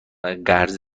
قرض